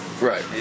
Right